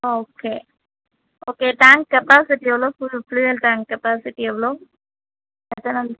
okay okay tank capacity எவ்வளோ fuel fuel tank capacity எவ்வளோ எத்தனை லி